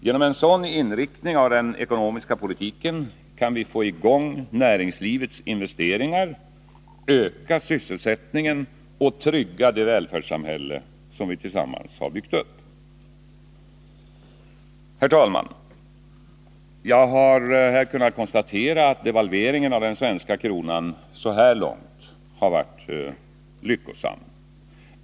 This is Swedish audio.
Genom en sådan inriktning av den ekonomiska politiken kan vi få i gång näringslivets investeringar, öka sysselsättningen och trygga det välfärdssamhälle som vi tillsammans har byggt upp. Herr talman! Jag har här kunnat konstatera att devalveringen av den svenska kronan så här långt har varit lyckosam.